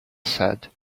said